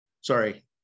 sorry